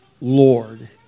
Lord